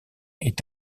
est